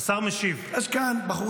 הרשות לפיתוח